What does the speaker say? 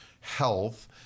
health